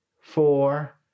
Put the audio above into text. four